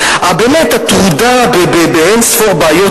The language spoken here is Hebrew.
הבאמת טרודה באין-ספור בעיות,